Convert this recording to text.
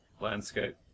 landscape